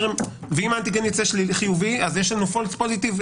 ואם האנטיגן ייצא חיובי, אז יש לנו פולס פוזיטיב?